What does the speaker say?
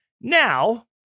Now